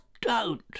Don't